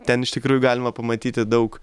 ten iš tikrųjų galima pamatyti daug